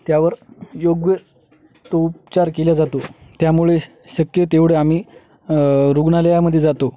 त्यावर योग्य तो उपचार केल्या जातो त्यामुळे शक्य तेवढं आम्ही रुग्णालयामध्ये जातो